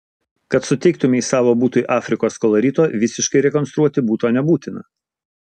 kad suteiktumei savo butui afrikos kolorito visiškai rekonstruoti buto nebūtina